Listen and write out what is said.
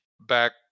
back